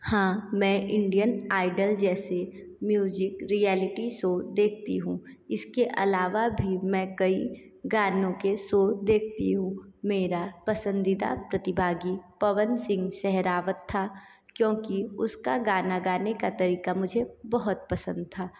हाँ मैं Indian Idol जैसे म्यूजिक रियलिटी सो देखती हूँ इसके अलावा भी मैं कई गानों के सो देखती हूँ मेरा पसंदीदा प्रतिभागी पवन सिंह सहरावत था क्योंकि उसका गाना गाने का तरीका मुझे बहुत पसंद था